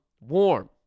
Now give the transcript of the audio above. warm